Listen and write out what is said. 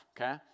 okay